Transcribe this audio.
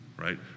right